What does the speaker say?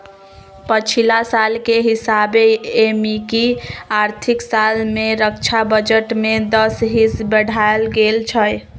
पछिला साल के हिसाबे एमकि आर्थिक साल में रक्षा बजट में दस हिस बढ़ायल गेल हइ